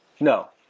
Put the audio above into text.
No